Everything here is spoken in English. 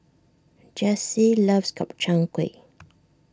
Jessye loves Gobchang Gui